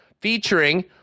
featuring